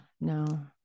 No